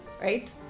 right